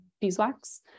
beeswax